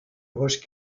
roches